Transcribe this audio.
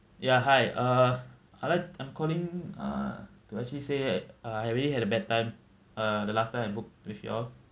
ya hi uh I'd like I'm calling uh to actually say I really had a bad time uh the last time I booked with you all